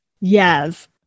Yes